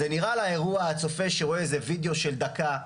הצופה שרואה וידאו של דקה,